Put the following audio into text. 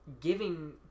giving